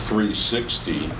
three sixty